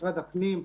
משרד הפנים,